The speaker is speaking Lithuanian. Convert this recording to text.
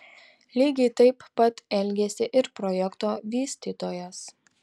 lygiai taip pat elgėsi ir projekto vystytojas